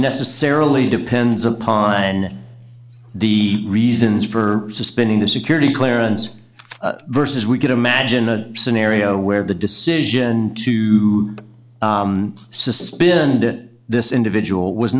necessarily depends upon the reasons for suspending the security clearance versus we could imagine a scenario where the decision to suspend it this individual was